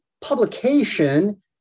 Publication